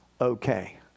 okay